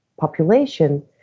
population